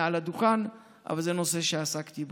מעל הדוכן, אבל זה נושא שעסקתי בו.